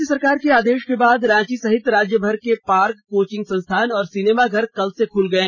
राज्य सरकार के आदेश के बाद रांची सहित राज्यभर के पार्क कोचिंग संस्थान और सिनेमा घर कल से खुल गए